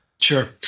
Sure